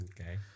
Okay